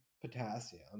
potassium